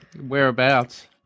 Whereabouts